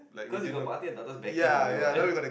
cause you got pati and tata's backing already [what]